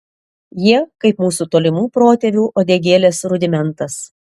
jie kaip mūsų tolimų protėvių uodegėlės rudimentas